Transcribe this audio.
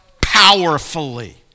powerfully